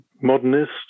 modernist